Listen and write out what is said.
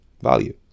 value